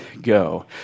Go